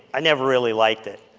i never really liked it.